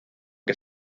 que